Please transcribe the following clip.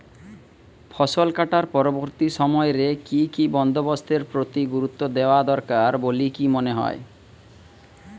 ফসলকাটার পরবর্তী সময় রে কি কি বন্দোবস্তের প্রতি গুরুত্ব দেওয়া দরকার বলিকি মনে হয়?